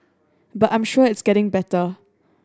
but I'm sure it's getting better